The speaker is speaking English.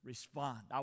Respond